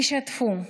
תשתפו,